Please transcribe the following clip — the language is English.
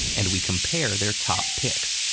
and we compare their top picks.